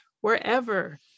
wherever